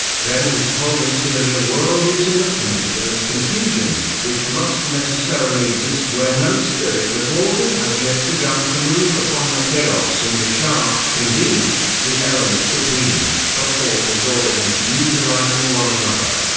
then his whole interior world is in the condition of confusion, which must necessarily exist where no spirit of order has yet begun to move upon the chaos in which are, indeed, the elements of being, but all disordered and neutralising one another.